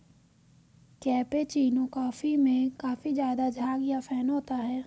cappuccino coffee में काफी ज़्यादा झाग या फेन होता है